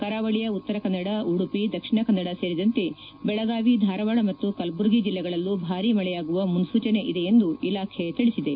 ಕರಾವಳಿಯ ಉತ್ತರ ಕನ್ನಡ ಉಡುಪಿ ದಕ್ಷಿಣ ಕನ್ನಡ ಸೇರಿದಂತೆ ಬೆಳಗಾವಿ ಧಾರವಾಡ ಮತ್ತು ಕಲಬುರಗಿ ಜಿಲ್ಲೆಗಳಲ್ಲೂ ಭಾರೀ ಮಳೆಯಾಗುವ ಮುನ್ನೂಚನೆ ಇದೆ ಎಂದು ಇಲಾಖೆ ತಿಳಿಸಿದೆ